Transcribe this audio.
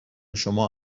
شما